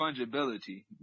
fungibility